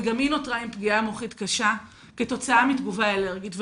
וגם היא נותרה עם פגיעה מוחית קשה כתוצאה מתגובה אלרגית.